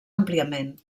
àmpliament